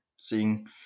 seeing